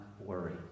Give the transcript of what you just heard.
worry